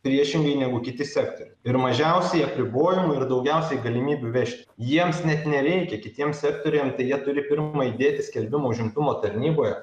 priešingai negu kiti sektoriai ir mažiausiai apribojimų ir daugiausiai galimybių vežti jiems net nereikia kitiem sektoriam tai jie turi pirma įdėti skelbimą užimtumo tarnyboje